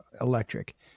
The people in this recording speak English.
electric